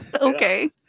Okay